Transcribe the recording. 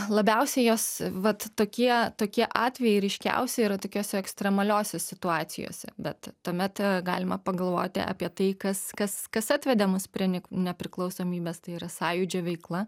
labiausiai jos vat tokie tokie atvejai ryškiausi yra tokiose ekstremaliose situacijose bet tuomet galima pagalvoti apie tai kas kas kas atvedė mus prie ne nepriklausomybės tai yra sąjūdžio veikla